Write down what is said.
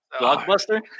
Blockbuster